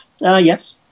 yes